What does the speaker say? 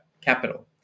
capital